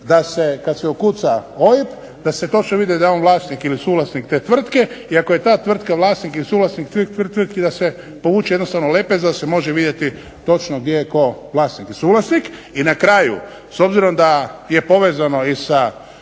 da se kad se ukuca OIB da se točno vidi da je on vlasnik ili suvlasnik te tvrtke i ako je ta tvrtka vlasnik ili suvlasnik svih tih tvrtki da se povuče jednostavno lepeza da se može vidjeti točno gdje je tko vlasnik i suvlasnik. I na kraju, s obzirom da je povezano i sa